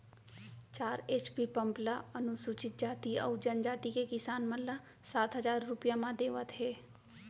चार HP pump ल अनुसूचित जाति अउ जनजाति के किसान मन ल सात हजार रूपिया म देवत हे